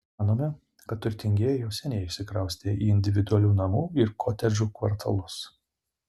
manome kad turtingieji jau seniai išsikraustė į individualių namų ir kotedžų kvartalus